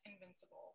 invincible